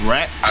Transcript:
Rat